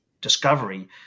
discovery